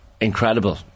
incredible